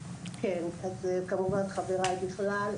כמובן, חבריי בכלל.